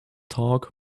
talk